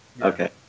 okay